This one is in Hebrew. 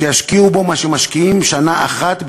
שישקיעו בו מה שמשקיעים בשנה אחת בהרצליה.